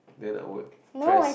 then I would press